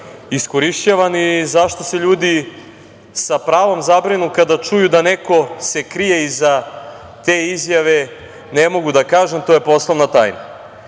iskorišćavan i zašto se ljudi sa pravom zabrinu kada čuju da se neko krije iza te izjave - ne mogu da kažem, to je poslovna tajna. Ono